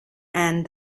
and